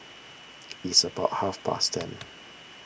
its about half past ten